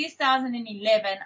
2011